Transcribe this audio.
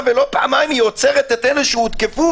ולא פעמיים היא עוצרת את אלה שהותקפו.